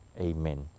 Amen